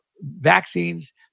vaccines